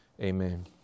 Amen